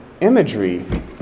imagery